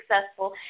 successful